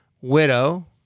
Widow